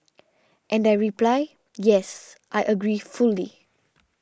and I reply yes I agree fully